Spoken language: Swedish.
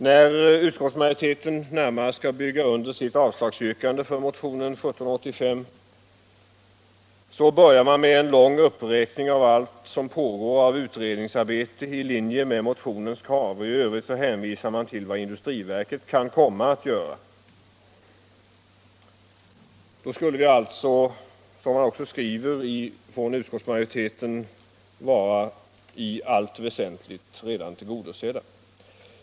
När utskottsmajoriteten närmare skall bygga under sitt avstyrkande av motionen 1975/76:1785 börjar man med en lång uppräkning av allt utredningsarbete som pågår i linje med motionens krav. I övrigt hänvisar man till vad industriverket kan komma att göra. Därmed skulle motionskraven, skriver utskottsmajoriteten, i allt väsentligt vara tillgodosedda.